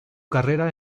carrera